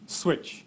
switch